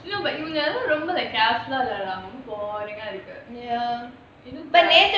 இவங்கல்லாம் ரொம்ப:ivangalaam romba careful but boring ah இருக்கு:irukku